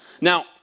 Now